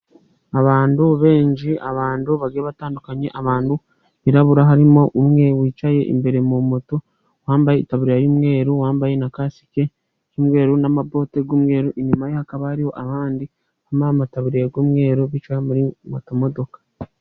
Abantu benshi abantu bagiye batandukanye, abantu birarabura, harimo umwe wicaye imbere kuri moto wambaye itaburiya y'umweru, wambaye na kasike y'umweru n'amaboti y'umweru, inyuma hakaba hariho abandi bambaye amataburiya y'umweru bicaye mu kamodoka.